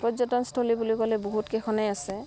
পৰ্যটনস্থলী বুলি ক'লে বহুতকেইখনেই আছে